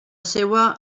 seua